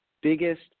biggest